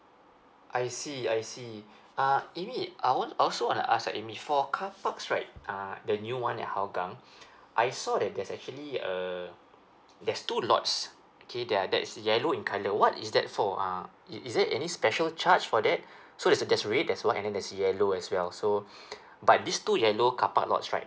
I see I see uh amy I want I also wanna ask ah amy for carparks right uh the new one at hougang I saw that there's actually err there's two lots okay they're there's yellow in colour what is that for uh it is it any special charge for that so it's a there's a red there's white and then there's yellow as well so but these two yellow carpark lots right